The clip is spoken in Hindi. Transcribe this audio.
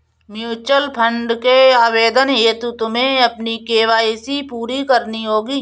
म्यूचूअल फंड के आवेदन हेतु तुम्हें अपनी के.वाई.सी पूरी करनी होगी